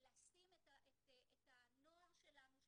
לשים את הנוער שלנו,